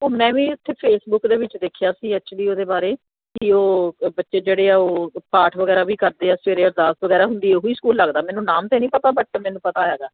ਉਹ ਮੈਂ ਵੀ ਉੱਥੇ ਫੇਸਬੁੱਕ ਦੇ ਵਿੱਚ ਦੇਖਿਆ ਸੀ ਐਚੂਅਲੀ ਉਹਦੇ ਬਾਰੇ ਕਿ ਉਹ ਬੱਚੇ ਜਿਹੜੇ ਆ ਉਹ ਪਾਠ ਵਗੈਰਾ ਵੀ ਕਰਦੇ ਆ ਸਵੇਰੇ ਅਰਦਾਸ ਵਗੈਰਾ ਹੁੰਦੀ ਉਹੀ ਸਕੂਲ ਲੱਗਦਾ ਮੈਨੂੰ ਨਾਮ ਤਾਂ ਨਹੀਂ ਪਤਾ ਬਟ ਮੈਨੂੰ ਪਤਾ ਹੈਗਾ